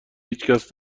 هیچکس